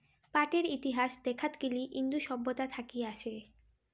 পাটের ইতিহাস দেখাত গেলি ইন্দু সভ্যতা থাকি আসে